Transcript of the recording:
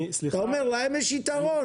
אתה אומר: להם יש יתרון,